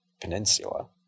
peninsula